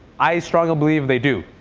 i strongly believe they do.